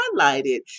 highlighted